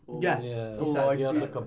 Yes